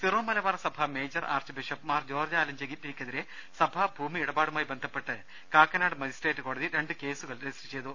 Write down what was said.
Syro Malabar സഭ major archbishop Mar George ആലഞ്ചേരിക്കെ തിരെ സഭാ ഭൂമി ഇടപാടുമായി ബന്ധപ്പെട്ട് കാക്കനാട് മജിസ്ട്രേറ്റ് കോടതി രണ്ടു കേസുകൾ രജിസ്റ്റർ ചെയ്തു